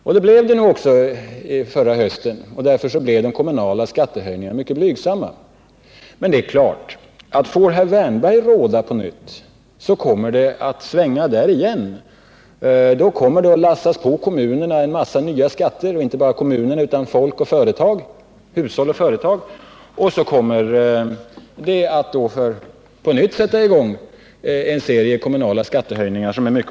Så var också fallet förra hösten, och därför blev de kommunala skattehöjningarna blygsamma. Det är klart att det kommer att svänga på nytt om herr Wärnberg får råda. Då kommer både kommuner, folk och företag att belastas med en mängd nya skatter. Det medför i sin tur mycket oroande kommunala skattehöjningar.